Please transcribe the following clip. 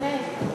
לפני.